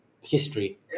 history